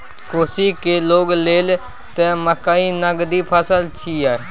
कोशीक लोग लेल त मकई नगदी फसल छियै